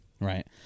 right